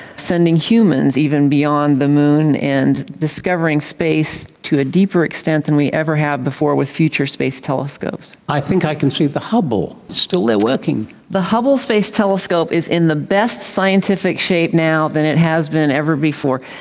sending humans even beyond the moon and discovering space to a deeper extent than we ever have before with future space telescopes. i think i can see the hubble still there working. the hubble space telescope is in the best scientific shape now than it has been ever before.